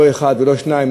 לא אחד ולא שניים,